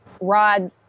rod